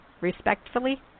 respectfully